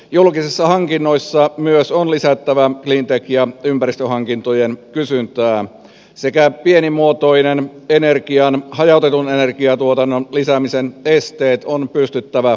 julkisissa hankinnoissa myös on lisättävä cleantech ja ympäristöhankintojen kysyntää ja pienimuotoisen hajautetun energiantuotannon lisäämisen esteet on pystyttävä purkamaan